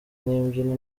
n’imbyino